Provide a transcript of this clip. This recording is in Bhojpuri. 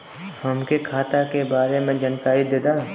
हमके खाता के बारे में जानकारी देदा?